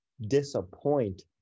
disappoint